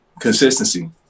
Consistency